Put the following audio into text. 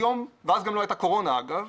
ואז גם לא הייתה קורונה אגב,